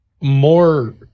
more